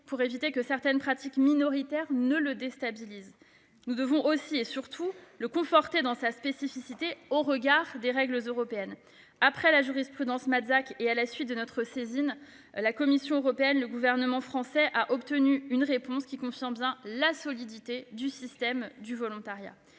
pour éviter que certaines pratiques minoritaires ne le déstabilisent. Nous devons aussi et surtout le conforter dans sa spécificité au regard des règles européennes. Après la jurisprudence et à la suite de notre saisine de la Commission européenne, le gouvernement français a obtenu une réponse qui confirme bien la solidité du système du volontariat.